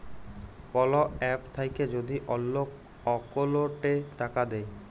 call app থাক্যে যদি অল্লো অকৌলটে টাকা দেয়